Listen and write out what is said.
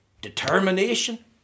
Determination